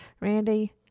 Randy